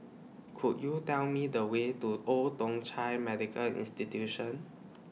Could YOU Tell Me The Way to Old Thong Chai Medical Institution